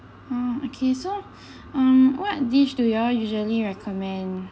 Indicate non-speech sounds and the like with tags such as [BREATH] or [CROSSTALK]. oh okay so [BREATH] um what dish do you all usually recommend